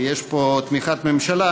כי יש פה תמיכת ממשלה,